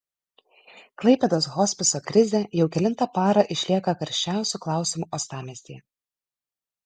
klaipėdos hospiso krizė jau kelintą parą išlieka karščiausiu klausimu uostamiestyje